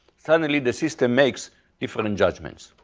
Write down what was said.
suddenly the system makes different and judgments,